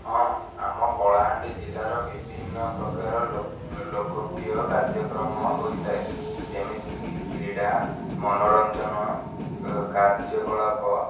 ହଁ ଆମ କଳାହାଣ୍ଡି ଜିଲ୍ଲାର ବିଭିନ୍ନ ପ୍ରକାର ଲୋକ ଲୋକପ୍ରିୟ କାର୍ଯ୍ୟକ୍ରମ ହୋଇଥାଏ ଯେମିତିକି କ୍ରୀଡ଼ା ମନୋରଞ୍ଜନ କାର୍ଯ୍ୟକଳାପ